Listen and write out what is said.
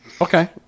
Okay